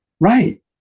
Right